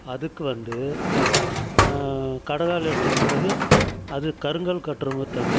அதுக்கு வந்து கடகால் எடுத்துகிட்ட பிறகு அது கருங்கல் கட்டுறவுங்க தனி